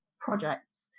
projects